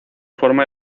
forma